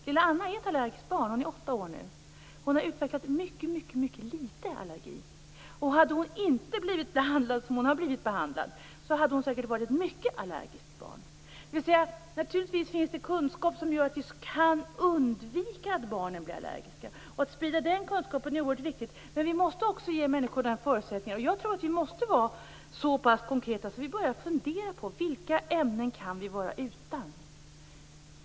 Lilla Anna är inte allergisk. Hon är 8 år nu. Hon har utvecklat mycket litet allergi. Men hade hon inte blivit behandlad som hon blivit behandlad hade hon säkert varit mycket allergisk. Naturligtvis finns det kunskap som gör att vi kan undvika att bli allergiska. Att sprida den kunskapen är oerhört viktigt. Vi måste ge människorna förutsättningar. Jag tror att vi måste vara så pass konkreta att vi börjar fundera på: Vilka ämnen kan vi vara utan?